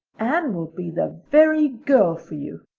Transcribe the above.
anne will be the very girl for you.